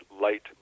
light